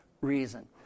reason